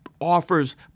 offers